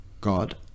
God